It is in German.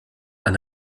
ein